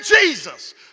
Jesus